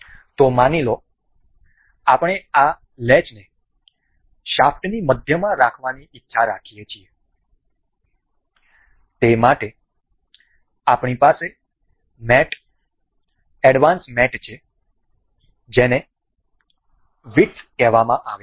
તો માની લો આપણે આ લેચને શાફ્ટની મધ્યમાં રાખવાની ઇચ્છા રાખીએ છીએ તે માટે આપણી પાસે મેટ એડવાન્સ મેટ છે જેને વિડથ કહેવામાં આવે છે